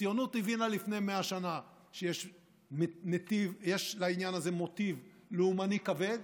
הציונות הבהירה לפני 100 שנה שיש לעניין הזה מוטיב לאומני כבד,